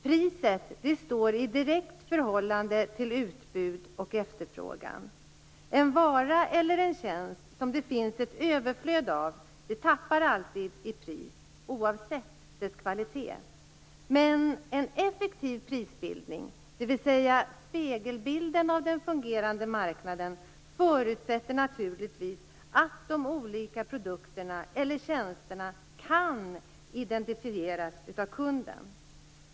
Priset står i direkt förhållande till utbud och efterfrågan. En vara eller en tjänst som det finns ett överflöd av tappar alltid i pris oavsett kvalitet. Men en effektiv prisbildning, dvs. spegelbilden av den fungerande marknaden, förutsätter naturligtvis att de olika produkterna eller tjänsterna kan identifieras av kunden.